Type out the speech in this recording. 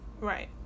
Right